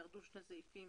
ירדו שני סעיפים.